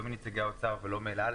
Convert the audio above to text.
לא מנציגי האוצר ולא מאל על,